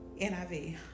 NIV